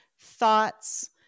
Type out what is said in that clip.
thoughts